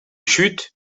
chute